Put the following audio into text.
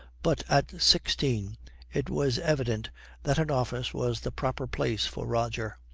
but at sixteen it was evident that an office was the proper place for roger.